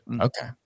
Okay